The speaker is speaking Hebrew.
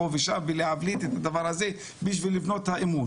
שאנחנו רוצים עוד שנה לראות שזה באמת השתנה.